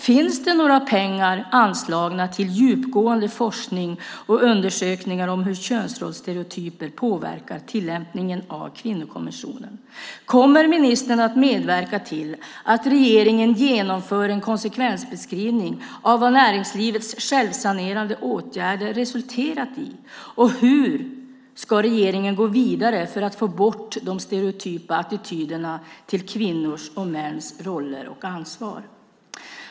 Finns det några pengar anslagna till djupgående forskning och undersökningar om hur könsrollsstereotyper påverkar tillämpningen av kvinnokonventionen? Kommer ministern att medverka till att regeringen genomför en konsekvensbeskrivning av vad näringslivets självsanerande åtgärder resulterat i? Och hur ska regeringen gå vidare för att få bort de stereotypa attityderna till kvinnors och mäns roller och ansvar?